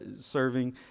serving